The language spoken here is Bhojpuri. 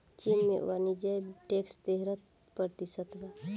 चीन में वाणिज्य टैक्स तेरह प्रतिशत बा